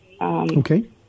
Okay